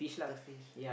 the fish